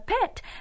pet